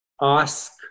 ask